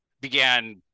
began